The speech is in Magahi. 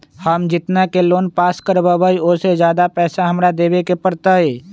हम जितना के लोन पास कर बाबई ओ से ज्यादा पैसा हमरा देवे के पड़तई?